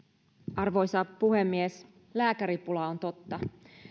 arvoisa puhemies lääkäripula on totta